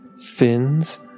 fins